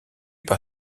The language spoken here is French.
par